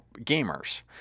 gamers